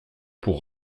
pour